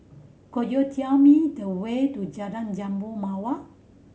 could you tell me the way to Jalan Jambu Mawar